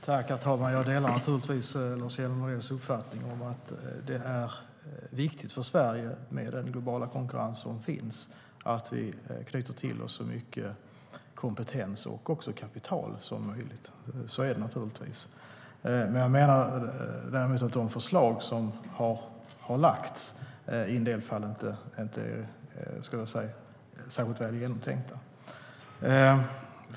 Herr talman! Jag delar naturligtvis Lars Hjälmereds uppfattning att den globala konkurrensen är viktig för Sverige och att vi knyter till oss så mycket kompetens och kapital som möjligt. Så är det naturligtvis. Jag menar däremot att en del av de förslag som har lagts fram om detta inte är särskilt väl genomtänkta.